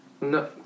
No